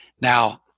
Now